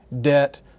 debt